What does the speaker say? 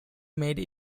made